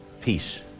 Peace